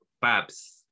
Babs